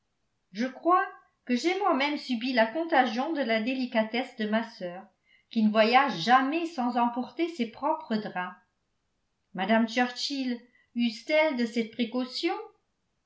je crois que j'ai moi-même subi la contagion de la délicatesse de ma sœur qui ne voyage jamais sans emporter ses propres draps mme churchill use t elle de cette précaution